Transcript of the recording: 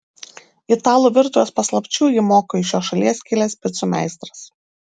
italų virtuvės paslapčių jį moko iš šios šalies kilęs picų meistras